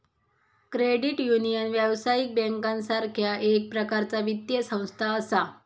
credit union, व्यावसायिक बँकेसारखा एक प्रकारचा वित्तीय संस्था असा